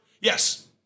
Yes